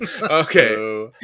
Okay